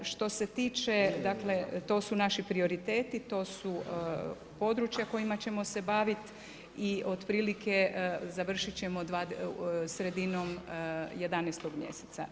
Što se tiče dakle, to su naši prioriteti, to su područja kojima ćemo se baviti i otprilike završiti ćemo sredinom 11. mjeseca.